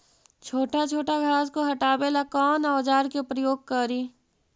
छोटा छोटा घास को हटाबे ला कौन औजार के प्रयोग करि?